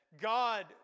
God